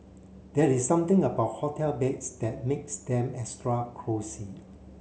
there is something about hotel beds that makes them extra cosy